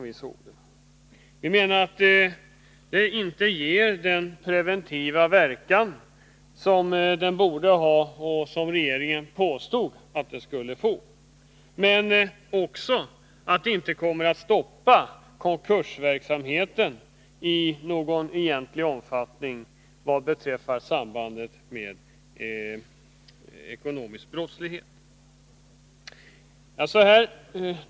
Vi menade att det inte fick den preventiva verkan som regeringen påstod, men också att det inte skulle komma att begränsa verksamheten med upprepade konkurser och i samband därmed ekonomisk brottslighet.